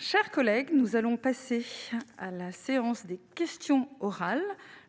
chers collègues, nous allons passer à la séance des questions orales,